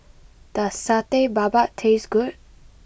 does Satay Babat taste good